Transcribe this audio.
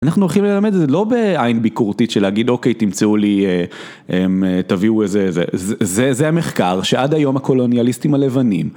אנחנו הולכים ללמד את זה לא בעין ביקורתית של להגיד אוקיי תמצאו לי... תביאו איזה... זה המחקר שעד היום הקולוניאליסטים הלבנים